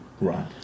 Right